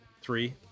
three